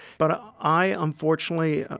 but i, unfortunately,